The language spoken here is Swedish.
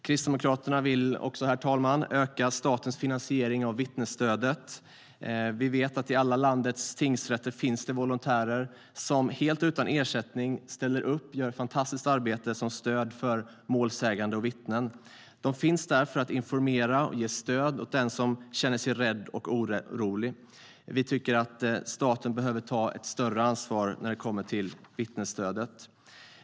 Kristdemokraterna vill även öka statens finansiering av vittnesstödet, herr talman. Vi vet att det i alla landets tingsrätter finns volontärer som helt utan ersättning ställer upp och gör ett fantastiskt arbete som stöd för målsägande och vittnen. De finns där för att informera och ge stöd åt den som känner sig rädd och orolig. Vi tycker att staten behöver ta ett större ansvar när det kommer till vittnesstödet.